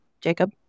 Jacob